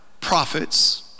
prophets